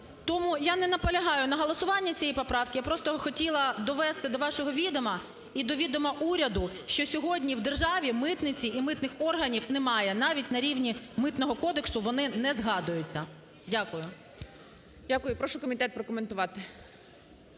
Тому я не наполягаю на голосуванні цієї поправки. Я просто хотіла довести до вашого відома і до відома уряду, що сьогодні в державі митниці і митних органів немає, навіть на рівні Митного кодексу вони не згадуються. Дякую. ГОЛОВУЮЧИЙ. Дякую. Прошу комітет прокоментувати.